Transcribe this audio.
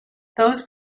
those